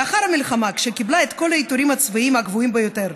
לאחר המלחמה קיבלה את כל העיטורים הצבאיים הגבוהים ביותר,